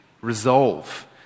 resolve